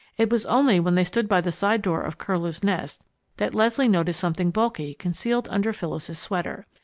it was only when they stood by the side door of curlew's nest that leslie noticed something bulky concealed under phyllis's sweater.